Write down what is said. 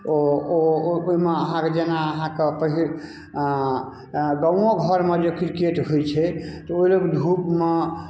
ओ ओ ओ ओहिमे अहाँकेँ जेना अहाँकेँ पहिल गाँवो घरमे जे क्रिकेट होइत छै तऽ ओहि लेल धूपमे